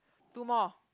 two more